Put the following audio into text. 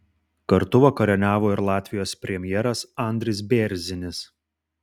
kartu vakarieniavo ir latvijos premjeras andris bėrzinis